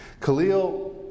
Khalil